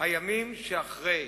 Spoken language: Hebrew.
הימים שאחרי,